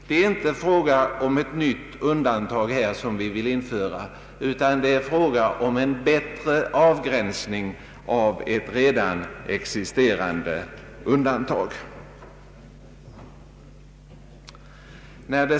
Det är inte fråga om något nytt undantag utan om en bättre avgränsning av ett redan existerande undantag.